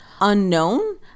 unknown